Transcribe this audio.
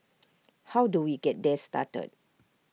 how do we get that started